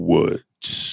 Woods